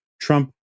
Trump